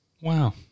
Wow